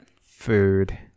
Food